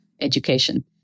education